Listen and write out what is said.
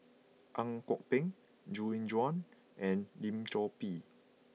Ang Kok Peng Gu Juan and Lim Chor Pee